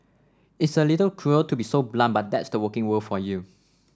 it's a little cruel to be so blunt but that's the working world for you